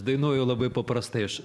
dainuoju labai paprastai aš